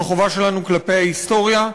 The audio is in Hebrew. זו חובה שלנו כלפי ההיסטוריה,